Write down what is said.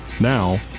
Now